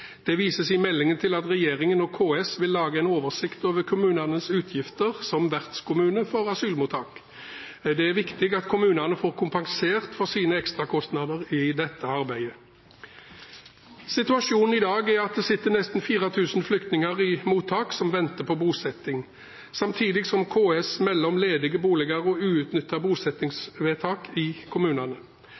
Det vises i meldingen til at regjeringen og KS vil lage en oversikt over kommunenes utgifter som vertskommune for asylmottak. Det er viktig at kommunene får kompensert for sine ekstrakostnader i dette arbeidet. Situasjonen i dag er at det sitter nesten 4 000 flyktninger i mottak som venter på bosetting, samtidig som KS melder om ledige boliger og uutnyttede bosettingsvedtak i kommunene.